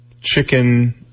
chicken